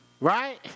Right